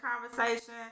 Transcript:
conversation